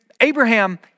Abraham